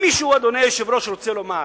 אם מישהו, אדוני היושב-ראש, רוצה לומר: